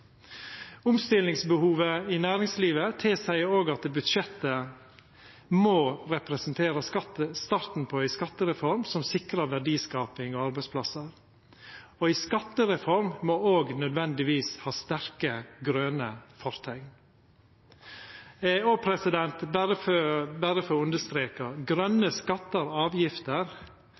Omstillingsbehovet i næringslivet tilseier òg at budsjettet må representera starten på ei skattereform som sikrar verdiskaping og arbeidsplassar, og ei skattereform må nødvendigvis òg ha sterke grøne forteikn. Og berre for å understreka når det gjeld grøne skattar og avgifter: